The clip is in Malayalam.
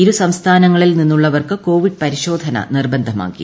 ഇരു സംസ്ഥാനങ്ങളിൽ നിന്നുള്ളവർക്ക് കോവിഡ് പരിശോധന നിർബന്ധമാക്കി